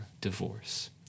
divorce